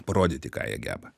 parodyti ką jie geba